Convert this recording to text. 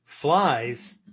flies